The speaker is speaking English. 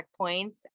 checkpoints